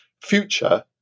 future